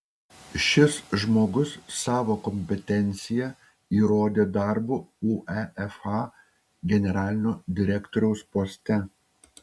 šis žmogus savo kompetenciją įrodė darbu uefa generalinio direktoriaus poste